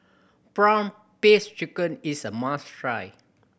prawn paste chicken is a must try